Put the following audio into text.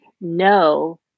no